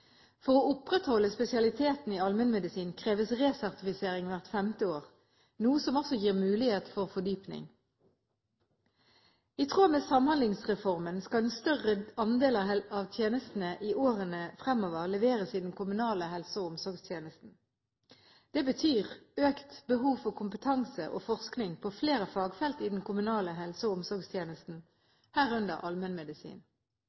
For å opprettholde spesialiteten i allmennmedisin kreves resertifisering hvert femte år, noe som også gir mulighet for fordypning. I tråd med Samhandlingsreformen skal en større andel av tjenestene i årene fremover leveres i den kommunale helse- og omsorgstjenesten. Det betyr økt behov for kompetanse og forskning på flere fagfelt i den kommunale helse- og